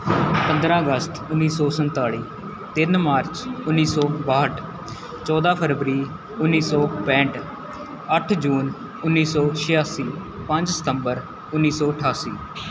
ਪੰਦਰ੍ਹਾਂ ਅਗਸਤ ਉੱਨੀ ਸੌ ਸੰਤਾਲੀ ਤਿੰਨ ਮਾਰਚ ਉੱਨੀ ਸੌ ਬਾਹਠ ਚੌਦ੍ਹਾਂ ਫਰਵਰੀ ਉੱਨੀ ਸੌ ਪੈਂਹਠ ਅੱਠ ਜੂਨ ਉੱਨੀ ਸੌ ਛਿਆਸੀ ਪੰਜ ਸਤੰਬਰ ਉੱਨੀ ਸੌ ਅਠਾਸੀ